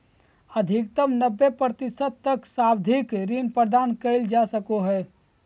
अधिकतम नब्बे प्रतिशत तक सावधि ऋण प्रदान कइल जा सको हइ